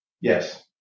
Yes